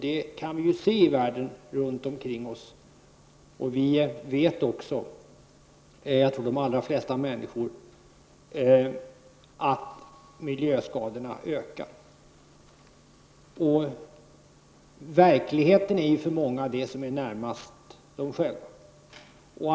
Vi kan se sådant runt omkring oss i världen. De flesta människor vet att miljöskadorna ökar i omfattning. Verkligheten är för många det som är närmast dem själva.